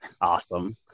Awesome